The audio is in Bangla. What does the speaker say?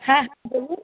হ্যাঁ হ্যাঁ বলুন